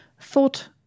thought